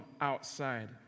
outside